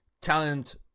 talent